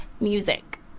music